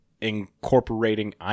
incorporating